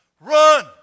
Run